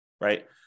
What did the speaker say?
right